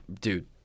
Dude